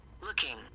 looking